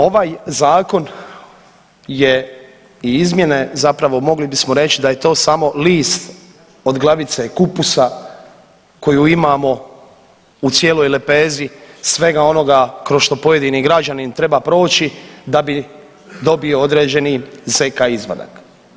Ovaj zakon je i izmjene zapravo mogli bismo reći da je to samo list od glavice kupusa koju imamo u cijeloj lepezi svega onoga kroz što pojedini građanin treba proći da bi dobio određeni zk izvadak.